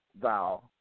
Thou